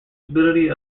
stability